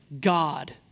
God